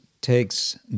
takes